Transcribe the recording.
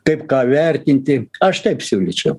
taip ką vertinti aš taip siūlyčiau